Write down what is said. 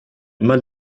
immer